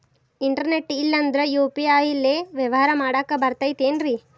Internet ಇಲ್ಲಂದ್ರ UPI ಲೇ ವ್ಯವಹಾರ ಮಾಡಾಕ ಬರತೈತೇನ್ರೇ?